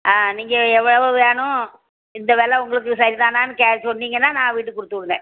ஆ நீங்கள் எவ்வளவு வேணும் இந்த வில உங்களுக்கு சரி தானான்னு கே சொன்னிங்கன்னா நான் வீட்டுக்கு கொடுத்துவுடுவேன்